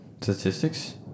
Statistics